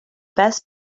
best